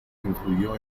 influyó